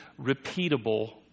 repeatable